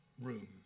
room